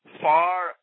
far